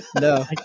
no